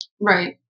Right